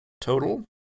total